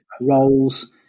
roles